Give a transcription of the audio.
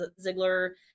Ziegler